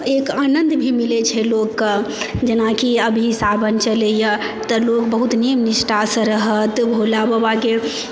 एक आनन्द भी मिलै छै लोककेँ जेनाकि अभी सावन चलैए तऽ लोक बहुत नियम निष्ठासँ रहत भोला बाबाके